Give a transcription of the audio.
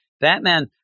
Batman